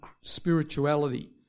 Spirituality